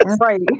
right